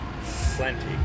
plenty